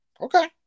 Okay